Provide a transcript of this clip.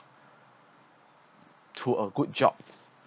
to a good job